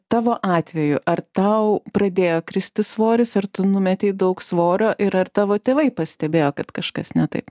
tavo atveju ar tau pradėjo kristi svoris ar tu numetei daug svorio ir ar tavo tėvai pastebėjo kad kažkas ne taip